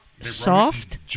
Soft